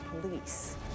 police